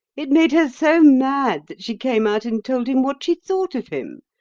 it made her so mad that she came out and told him what she thought of him.